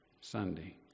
Sunday